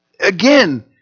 Again